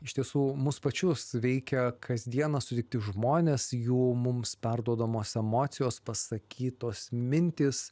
iš tiesų mus pačius veikia kasdieną sutikti žmonės jų mums perduodamos emocijos pasakytos mintys